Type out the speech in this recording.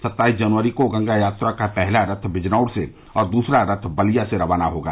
सत्ताईस जनवरी को गंगा यात्रा का पहला रथ बिजनौर से और दूसरा रथ बलिया से रवाना होगा